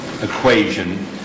Equation